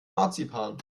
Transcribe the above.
marzipan